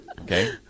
okay